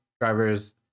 drivers